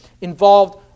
involved